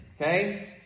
Okay